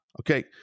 okay